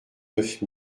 neuf